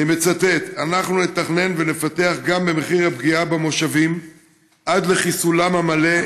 אני מצטט: "אנחנו נתכנן ונפתח גם במחיר הפגיעה במושבים עד לחיסולם המלא.